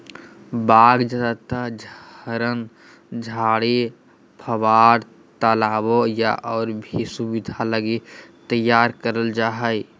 बाग ज्यादातर झरन, झाड़ी, फव्वार, तालाबो या और भी सुविधा लगी तैयार करल जा हइ